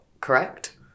correct